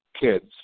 kids